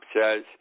says